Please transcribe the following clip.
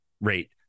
rate